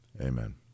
Amen